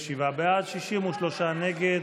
47 בעד, 63 נגד.